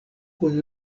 kun